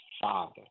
father